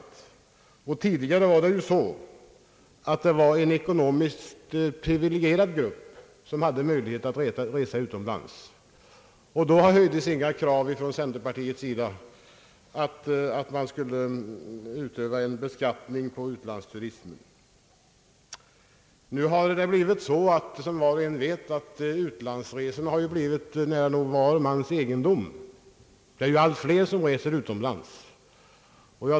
Tidigare var det en ekonomiskt privilegierad grupp som hade möjlighet att resa utomlands, och då höjdes inga krav från centerpartiet på en beskattning av utlandsturismen., Numera har ju utlandsresorna blivit nära nog var mans egendom — allt fler och fler reser utomlands.